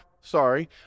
sorry